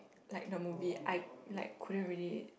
like the movie I like couldn't really